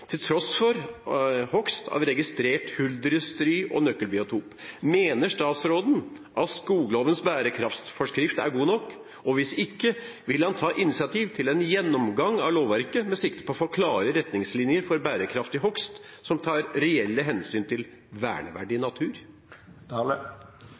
til tross for hogst av registrert huldrestry og nøkkelbiotop. Mener statsråden at skoglovens bærekraftforskrift er god nok, og hvis ikke – vil han ta initiativ til en gjennomgang av lovverket med sikte på å få klare retningslinjer for bærekraftig hogst som tar reelle hensyn til verneverdig